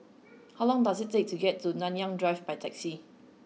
how long does it take to get to Nanyang Drive by taxi